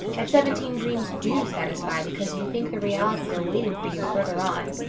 at seventeen dreams do satisfy because you think the realities are waiting for you further on.